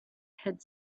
had